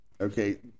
okay